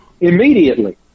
immediately